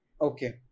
okay